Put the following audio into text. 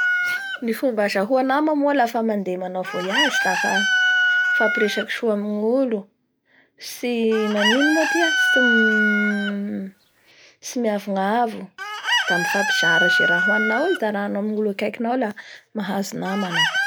Ny fomba zahoa nama moa lafa mandeha manao voyage dafa mifampiresaky soa amin'ny olo, tsy manino moa tia? Tsy miavonanavona da mifampizara izay raha hoaninao eo, ifampizara nao amin'ny olo akaiakainao la mahazo nama anao.